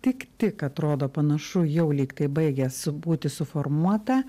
tik tik atrodo panašu jau lygtai baigė su būti suformuota